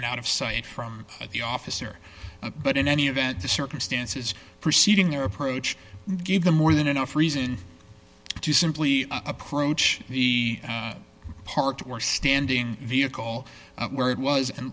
and out of sight from the officer but in any event the circumstances preceding their approach gave them more than enough reason to simply approach the parked or standing vehicle where it was and